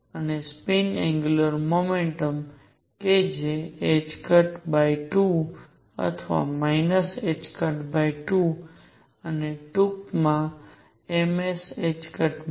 અને spin angular momentum કે જે 2 અથવા ℏ2 છે ટૂંકા m s ℏ માં